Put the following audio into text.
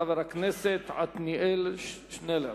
חבר הכנסת עתניאל שנלר.